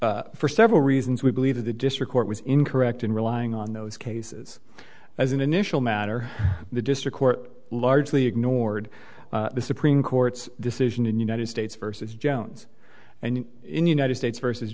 for several reasons we believe that the district court was incorrect in relying on those cases as an initial matter the district court largely ignored the supreme court's decision in united states versus jones and in united states versus